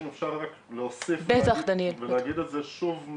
אם אפשר רק להוסיף ולהגיד שוב,